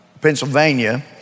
Pennsylvania